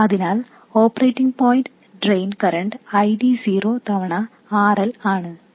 അതിനാൽ operating point drain current ID0 തവണ RL ആണ്